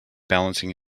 balancing